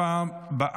הצעת